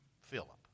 Philip